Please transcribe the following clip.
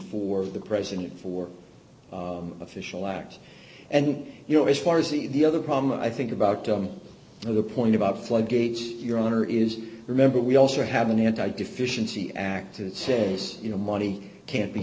for the president for official act and you know as far as the the other problem i think about the point about floodgates your honor is remember we also have an anti deficiency act it says you know money can't be